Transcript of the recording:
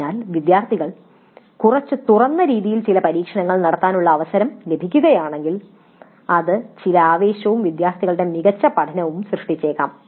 അതിനാൽ വിദ്യാർത്ഥികൾ കുറച്ച് തുറന്ന രീതിയിൽ ചില പരീക്ഷണങ്ങൾ നടത്താനുള്ള അവസരം ലഭിക്കുകയാണെങ്കിൽ ഇത് ചില ആവേശവും വിദ്യാർത്ഥികളുടെ മികച്ച പഠനവും സൃഷ്ടിച്ചേക്കാം